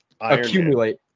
accumulate